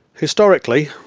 historically,